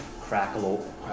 Crackle